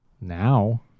Now